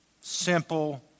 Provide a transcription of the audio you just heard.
simple